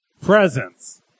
Presents